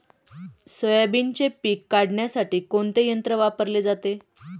सोयाबीनचे पीक काढण्यासाठी कोणते यंत्र वापरले जाते?